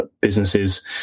businesses